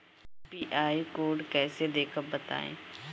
UPI code कैसे देखब बताई?